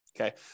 Okay